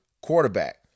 quarterback